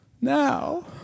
now